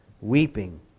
weeping